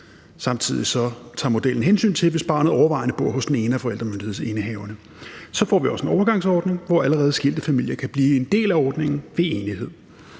Samtidig tager modellen hensyn til, hvis barnet overvejende bor hos den ene af forældremyndighedsindehaverne. Så får vi også en overgangsordning, hvor allerede skilte familier kan blive en del af ordningen ved enighed.